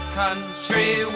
country